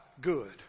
good